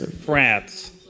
France